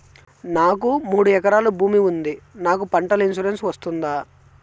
నాకు మూడు ఎకరాలు భూమి ఉంది నాకు పంటల ఇన్సూరెన్సు వస్తుందా?